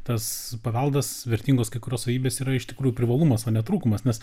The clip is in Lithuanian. tas paveldas vertingos kai kurios savybės yra iš tikrųjų privalumas o ne trūkumas nes